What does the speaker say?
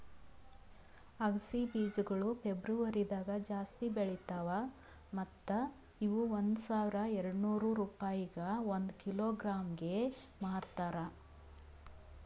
ಅಗಸಿ ಬೀಜಗೊಳ್ ಫೆಬ್ರುವರಿದಾಗ್ ಜಾಸ್ತಿ ಬೆಳಿತಾವ್ ಮತ್ತ ಇವು ಒಂದ್ ಸಾವಿರ ಎರಡನೂರು ರೂಪಾಯಿಗ್ ಒಂದ್ ಕಿಲೋಗ್ರಾಂಗೆ ಮಾರ್ತಾರ